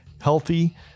healthy